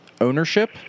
ownership